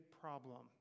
problem